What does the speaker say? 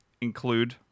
include